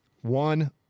One